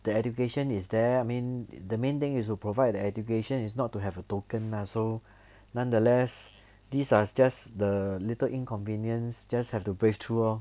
the education is there I mean the main thing is to provide an education is not to have the token ah so nonetheless these are just the little inconvenience just have to brave through lor